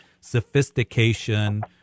sophistication